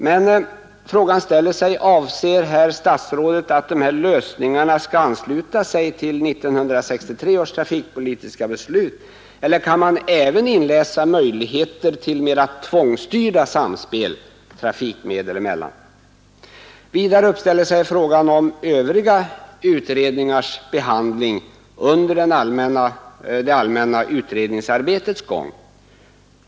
Men avser statsrådet att dessa lösningar skall ansluta sig till 1963 års trafikpolitiska beslut, eller kan man även inläsa möjligheter till mera tvångsstyrda samspel trafikmedel emellan? Vidare inställer sig frågan om övriga utredningars agerande under det allmänna utredningsarbetets gång.